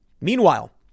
Meanwhile